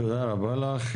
תודה רבה לך.